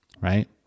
right